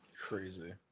Crazy